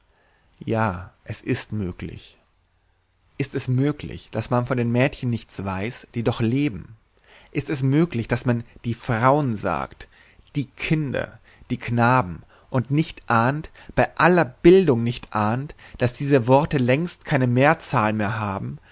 zimmer ja es ist möglich ist es möglich daß man von den mädchen nichts weiß die doch leben ist es möglich daß man die frauen sagt die kinder die knaben und nicht ahnt bei aller bildung nicht ahnt daß diese worte längst keine mehrzahl mehr haben